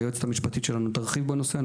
היועצת המשפטית שלנו תוכל להרחיב בנושא הזה.